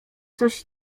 coś